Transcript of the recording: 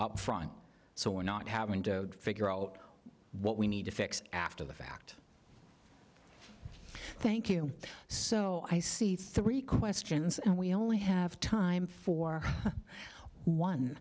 up front so we're not having to figure out what we need to fix after the fact thank you so i see three questions and we only have time for one